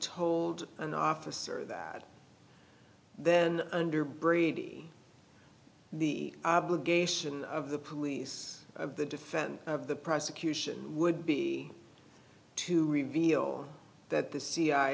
told an officer that then under brady the obligation of the police of the defense of the prosecution would be to reveal that the c